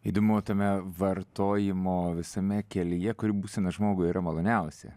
įdomu o tame vartojimo visame kelyje kuri būsena žmogui yra maloniausia